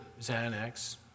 Xanax